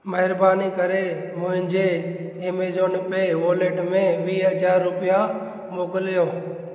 महिरबानी करे मुंहिंजे ऐमेजॉन पे वॉलेट में वीह हज़ार रुपिया मोकिलियो